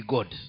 God